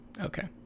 okay